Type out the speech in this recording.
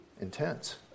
intense